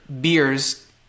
beers